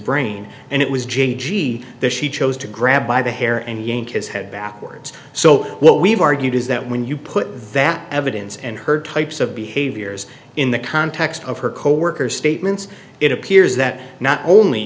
brain and it was j g the she chose to grab by the hair and yank his head backwards so what we have argued is that when you put that evidence and her types of behaviors in the context of her coworkers statements it appears that not only